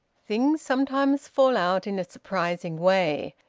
things sometimes fall out in a surprising way,